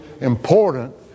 important